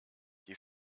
die